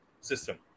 system